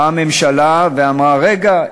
באה הממשלה ואמרה: רגע,